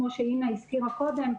כמו שהזכירה אינה קודם,